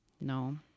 No